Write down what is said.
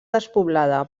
despoblada